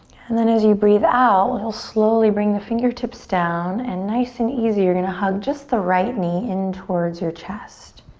and then as you breathe out, you'll slowly bring the fingertips down and nice and easy you're gonna hug just the right knee in towards your chest.